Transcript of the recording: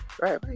right